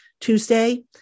Tuesday